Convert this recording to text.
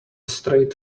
straight